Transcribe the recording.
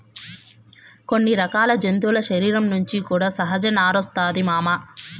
కొన్ని రకాల జంతువుల శరీరం నుంచి కూడా సహజ నారొస్తాది మామ